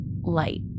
light